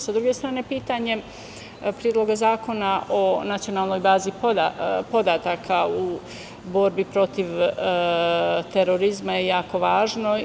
Sa druge strane, pitanje Predloga zakona o nacionalnoj bazi podataka u borbi protiv terorizma je jako važno.